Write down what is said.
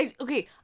Okay